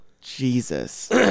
Jesus